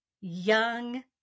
young